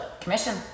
Commission